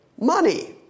money